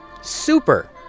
Super